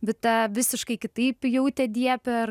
vita visiškai kitaip jautė diepę ir